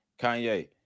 Kanye